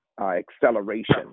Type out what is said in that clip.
acceleration